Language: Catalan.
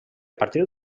partir